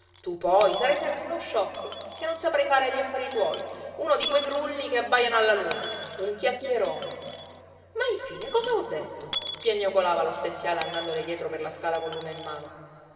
tu poi sarai sempre uno sciocco che non saprai fare gli affari tuoi uno di quei grulli che abbaiano alla luna un chiacchierone ma infine cosa ho detto piagnucolava lo speziale andandole dietro per la scala col lume in mano